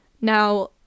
Now